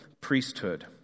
priesthood